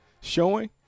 showing